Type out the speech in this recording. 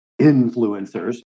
influencers